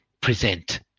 present